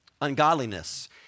ungodliness